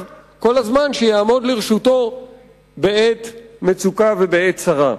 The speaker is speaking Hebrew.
כל הזמן שיעמוד לרשותו בעת מצוקה ובעת צרה.